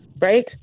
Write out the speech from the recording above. Right